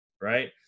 right